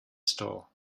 store